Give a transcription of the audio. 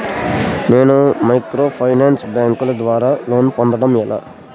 నేను మైక్రోఫైనాన్స్ బ్యాంకుల ద్వారా లోన్ పొందడం ఎలా?